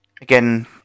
again